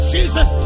Jesus